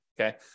okay